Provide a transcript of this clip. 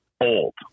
old